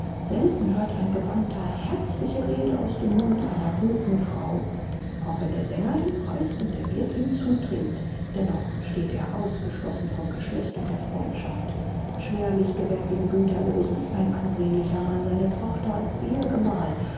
selten hört ein gebannter herzliche rede aus dem mund einer guten frau auch wenn der sänger ihn preist und der wirt ihm zutrinkt dennoch steht er ausgeschlossen vom geschlecht und der freundschaft schwerlich gewährt dem güterlosen ein ansehnlicher mann seine tochter als